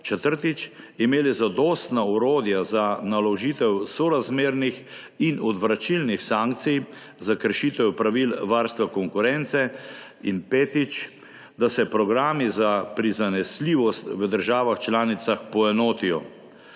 četrtič, imeli zadostna orodja za naložitev sorazmernih in odvračilnih sankcij za kršitev pravil varstva konkurence, in petič, da se programi za prizanesljivost v državah članicah poenotijo.